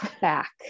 back